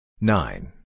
nine